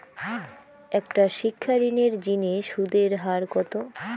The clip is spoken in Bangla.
একটা শিক্ষা ঋণের জিনে সুদের হার কত?